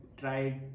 tried